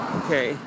okay